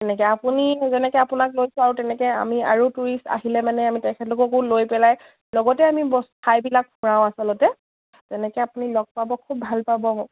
তেনেকে আপুনি যেনেকে আপোনাক লৈছোঁ আৰু তেনেকে আমি আৰু টুৰিষ্ট আহিলে মানে আমি তেখেতলোককো লৈ পেলাই লগতে আমি ঠাইবিলাক ফুৰাওঁ আচলতে তেনেকে আপুনি লগ পাব খুব ভাল পাব